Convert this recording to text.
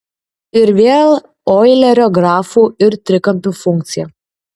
ir vėl oilerio grafų ir trikampių funkcija